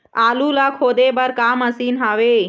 आलू ला खोदे बर का मशीन हावे?